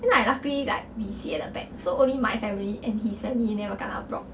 then like luckily like we sit at the back so only my family and his family never kena robbed